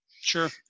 Sure